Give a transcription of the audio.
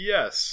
Yes